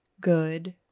good